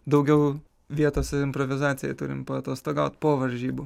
daugiau vietos improvizacijai turim paatostogaut po varžybų